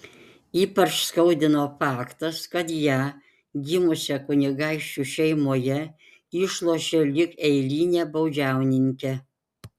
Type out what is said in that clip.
ypač skaudino faktas kad ją gimusią kunigaikščių šeimoje išlošė lyg eilinę baudžiauninkę